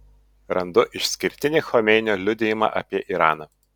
randu išskirtinį chomeinio liudijimą apie iraną